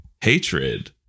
hatred